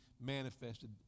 manifested